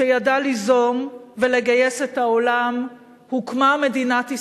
שידעה ליזום ולגייס את העולם, הוקמה מדינת ישראל.